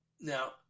Now